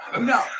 No